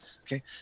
Okay